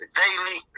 daily